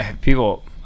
People